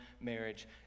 marriage